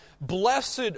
blessed